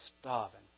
starving